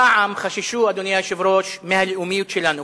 פעם חששו, אדוני היושב-ראש, מהלאומיות שלנו.